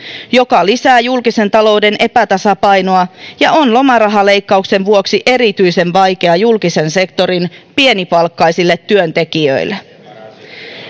joka lisää julkisen talouden epätasapainoa ja on lomarahaleikkauksen vuoksi erityisen vaikea julkisen sektorin pienipalkkaisille työntekijöille